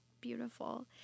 beautiful